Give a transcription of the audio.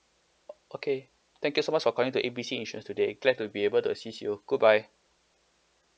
okay thank you so much for calling to A B C insurance today glad to be able to assist you goodbye